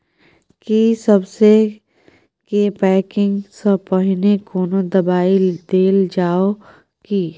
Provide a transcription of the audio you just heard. की सबसे के पैकिंग स पहिने कोनो दबाई देल जाव की?